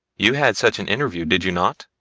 you had such an interview, did you not?